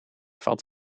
valt